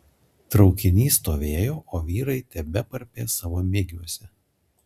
traukinys stovėjo o vyrai tebeparpė savo migiuose